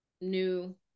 new